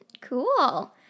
Cool